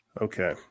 Okay